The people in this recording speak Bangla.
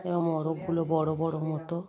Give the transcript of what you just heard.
এবং মোরগগুলো বড় বড় মতো